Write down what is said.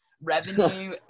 revenue